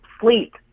sleep